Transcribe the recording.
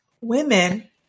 women